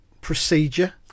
procedure